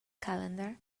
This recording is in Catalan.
calendar